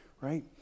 right